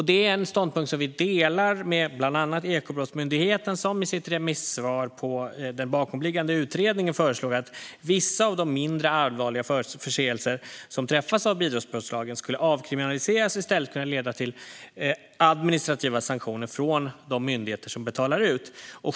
Det är en ståndpunkt som vi delar med bland annat Ekobrottsmyndigheten, som i sitt remissvar på den bakomliggande utredningen föreslog att vissa av de mindre allvarliga förseelser som träffas av bidragsbrottslagen skulle avkriminaliseras i stället för att leda till administrativa sanktioner från de myndigheter som betalar ut.